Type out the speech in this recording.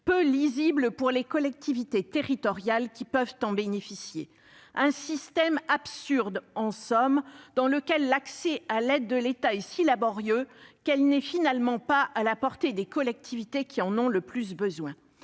peu lisible pour les collectivités territoriales qui peuvent en bénéficier. Il s'agit en somme d'un système absurde, dans lequel l'accès à l'aide de l'État est si laborieux que celle-ci n'est finalement pas à la portée des collectivités qui en ont le plus besoin.